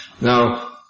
Now